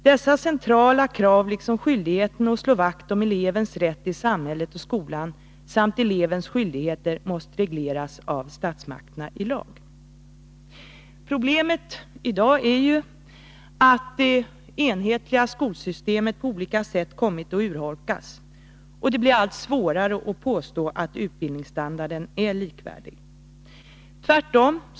Dessa centrala krav liksom skyldigheten att slå vakt om elevens rätt i samhället och skolan samt elevens skyldigheter måste regleras av statsmakterna i lag.” Problemet i dag är att det enhetliga skolsystemet på olika sätt har kommit att urholkas och att det blir allt svårare att påstå att utbildningsstandarden är likvärdig.